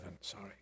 sorry